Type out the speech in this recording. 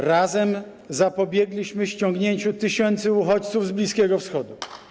Razem zapobiegliśmy ściągnięciu tysięcy uchodźców z Bliskiego Wschodu.